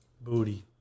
Booty